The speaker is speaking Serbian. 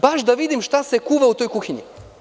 Baš da vidim šta se kuva u toj kuhinji.